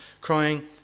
crying